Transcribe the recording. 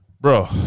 Bro